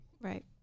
Right